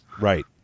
Right